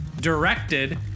directed